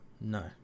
no